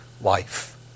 life